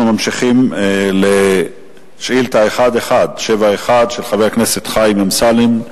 אנחנו ממשיכים לשאילתא 1171 של חבר הכנסת חיים אמסלם,